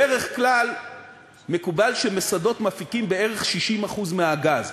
בדרך כלל מקובל שבשדות מפיקים בערך 60% מהגז.